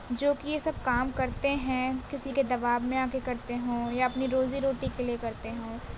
جوکہ یہ سب کام کرتے ہیں کسی کے دباؤ میں آ کے کرتے ہوں یا اپنی روزی روٹی کے لیے کرتے ہوں